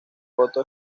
coto